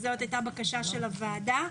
זו הייתה בקשת הוועדה.